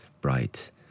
bright